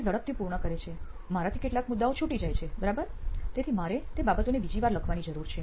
તે ઝડપથી પૂર્ણ કરે છે મારાથી કેટલાક મુદ્દાઓ છૂટી જાય છે બરાબર તેથી મારે તે બાબતોને બીજી વખત લખવાની જરૂર છે